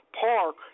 park